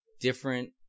different